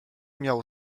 miał